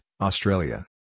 Australia